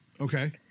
Okay